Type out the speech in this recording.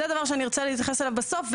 זה דבר שאני ארצה להתייחס אליו בסוף,